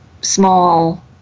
small